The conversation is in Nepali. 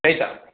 त्यही त